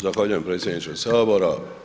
Zahvaljujem predsjedniče Sabora.